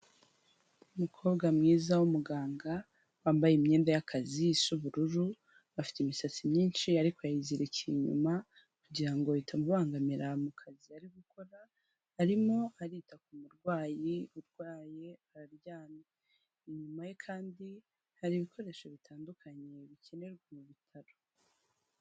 Umukobwa mwiza w'umuganga wambaye imyenda y'akazi ia ubururu afite imisatsi myinshi ariko yayizirikiye inyuma kugira bitamubangamira mu kazi ari gukora arimo arita ku murwayi urwaye araryamye inyuma ye kandi hari ibikoresho bitandukanye bikenerwa mu bitaro.